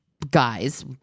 Guys